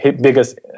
biggest